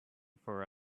for